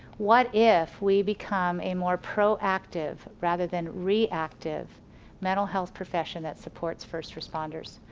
what if we become a more proactive, rather than reactive mental health profession that supports first responders.